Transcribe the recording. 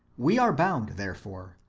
we are bound, therefore,